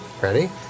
Ready